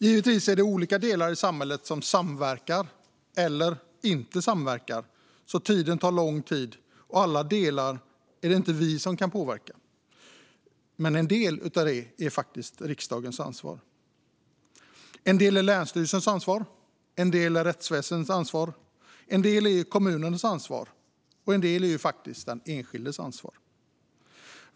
Givetvis är det olika delar i samhället som samverkar eller inte samverkar. Tiden blir därför lång, och alla delar är det inte vi som kan påverka. Men en del är faktiskt riksdagens ansvar. En del är länsstyrelsernas ansvar, en del är rättsväsendets ansvar, en del är kommunernas ansvar och en del är faktiskt den enskildes ansvar.